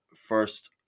first